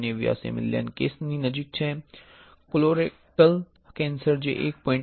089 million case ની નજીક છે કોલોરેક્ટલ કેન્સર જે 1